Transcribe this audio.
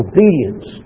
Obedience